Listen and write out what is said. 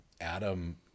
Adam